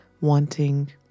wanting